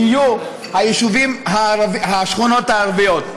יהיו השכונות הערביות.